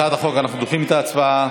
אנחנו דוחים את ההצבעה